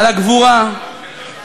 על הגבורה,